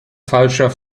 falscher